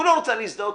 הוא לא רוצה להזדהות,